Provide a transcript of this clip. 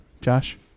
Josh